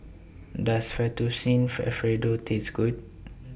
Does Fettuccine Alfredo Taste Good